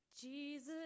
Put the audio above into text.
Jesus